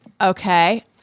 okay